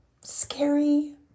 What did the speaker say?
scary